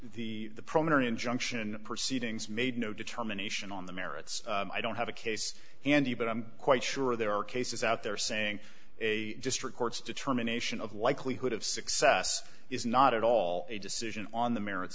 to the primary injunction proceedings made no determination on the merits i don't have a case handy but i'm quite sure there are cases out there saying a district court's determination of likelihood of success is not at all a decision on the merits